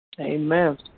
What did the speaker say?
Amen